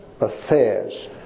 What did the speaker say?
affairs